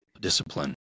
discipline